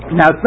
now